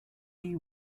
you